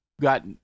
got